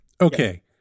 Okay